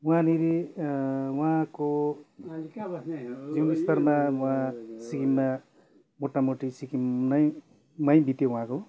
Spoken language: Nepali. वहाँनिर उहाँको जिउ स्तरमा वहाँ सिक्किममा मोटामोटी सिक्किम नै मै बित्यो वहाँको